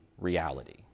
reality